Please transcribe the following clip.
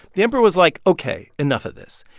the emperor was like, ok, enough of this.